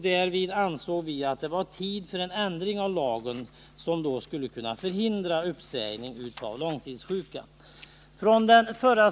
Då ansåg vi att det var tid att ändra lagen, så att uppsägning av långtidssjuka kunde hindras.